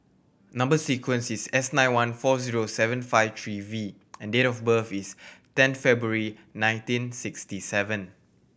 number sequence is S nine one four zero seven five three V and date of birth is ten February nineteen sixty seven